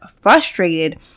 frustrated